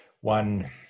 One